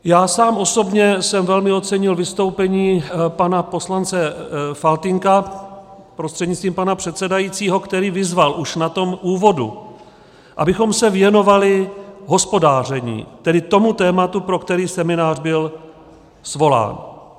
Já sám osobně jsem velmi ocenil vystoupení pana poslance Faltýnka prostřednictvím pana předsedajícího, který vyzval už na tom úvodu, abychom se věnovali hospodaření, tedy tomu tématu, pro který seminář byl svolán.